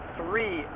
three